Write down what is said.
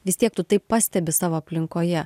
vis tiek tu tai pastebi savo aplinkoje